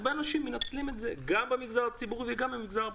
הרבה אנשים מנצלים את זה גם במגזר הציבורי וגם במגזר הפרטי.